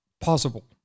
possible